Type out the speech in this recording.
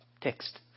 text